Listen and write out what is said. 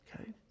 Okay